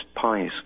pies